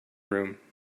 room